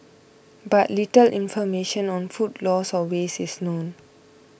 but little information on food loss or waste is known